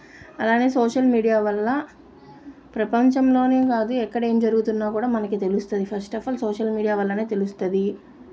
అలానే social media వల్ల ప్రపంచంలోనే కాదు ఎక్కడ ఏం జరుగుతున్నా కూడా మనకి తెలుస్తుంది first of all social media వల్లనే తెలుస్తుంది